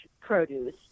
produce